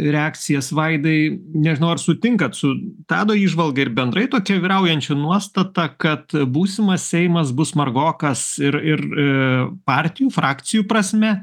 reakcijas vaidai nežinau ar sutinkat su tado įžvalga ir bendrai tokia vyraujančia nuostata kad būsimas seimas bus margokas ir ir partijų frakcijų prasme